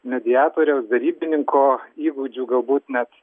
mediatoriaus derybininko įgūdžių galbūt net